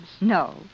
No